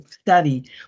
study